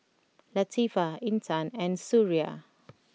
Latifa Intan and Suria